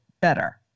better